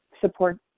support